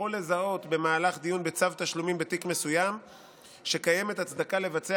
יכול לזהות במהלך דיון בצו תשלומים בתיק מסוים שקיימת הצדקה לבצע